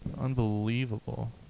Unbelievable